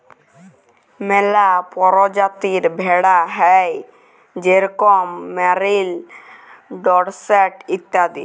ম্যালা পরজাতির ভেড়া হ্যয় যেরকম মেরিল, ডরসেট ইত্যাদি